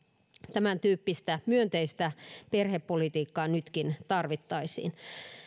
tämäntyyppistä myönteistä perhepolitiikkaa nytkin tarvittaisiin